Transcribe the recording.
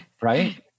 Right